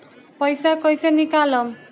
पैसा कैसे निकालम?